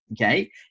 okay